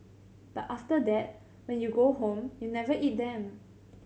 but after that when you go home you never eat them